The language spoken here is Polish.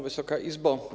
Wysoka Izbo!